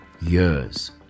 years